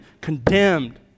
condemned